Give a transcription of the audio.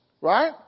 right